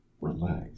relax